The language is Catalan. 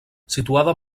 situada